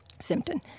Simpton